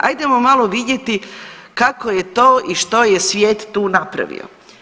Hajdemo malo vidjeti kako je to i što je svijet tu napravio.